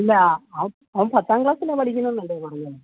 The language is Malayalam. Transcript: ഇല്ല അവൻ അവൻ പത്താം ക്ലാസിലാണ് പഠിക്കുന്നെന്നല്ലെ പറഞ്ഞെ